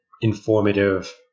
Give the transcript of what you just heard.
informative